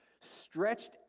stretched